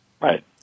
Right